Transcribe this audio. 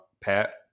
Pat